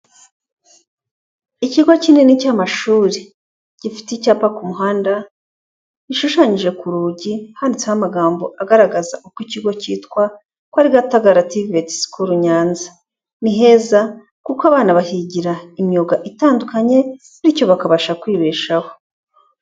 Ikigo kinini cy'amashuri gifite icyapa ku muhanda, gishushanyije ku rugi, handitseho amagambo agaragaza uko ikigo cyitwa, ko ari Gatagara TVET School Nyanza. Ni heza kuko abana bahigira imyuga itandukanye, bityo bakabasha kwibeshaho.